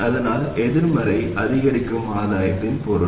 அதனால் எதிர்மறை அதிகரிக்கும் ஆதாயத்தின் பொருள்